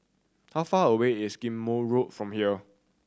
how far away is Ghim Moh Road from here